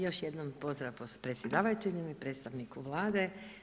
Još jednom pozdrav predsjedavajući, predstavniku Vlade.